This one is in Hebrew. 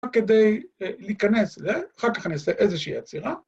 רק כדי להיכנס ל... אחר כך אני אעשה איזושהי עצירה.